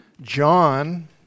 John